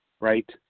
right